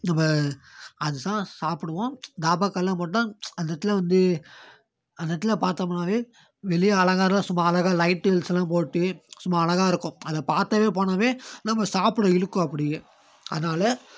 நம்ம அதுதான் சாப்பிடுவோம் தாபாக்கள்லாம் போட்டால் அந்த இடத்துல வந்து அந்த இடத்துல பார்த்தமுன்னாவே வெளியே அலங்காரம் சும்மா அழகாக லைட்டுல்ஸ்லாம் போட்டு சும்மா அழகாக இருக்கும் அதை பார்த்தாவே போனாவே நம்ம சாப்பிட இழுக்கும் அப்படியே அதனால்